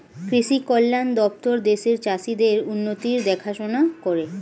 কৃষি কল্যাণ দপ্তর দেশের চাষীদের উন্নতির দেখাশোনা করে